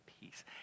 peace